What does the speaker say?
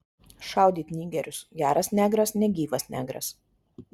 šaudyt nigerius geras negras negyvas negras